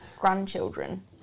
grandchildren